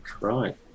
right